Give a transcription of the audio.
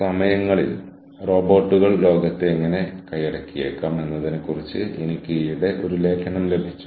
website എങ്ങനെ edit ചെയ്യാം എന്ന് മാത്രമാണ് അവർ എന്നെ പഠിപ്പിക്കുന്നത്